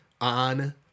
on